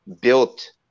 built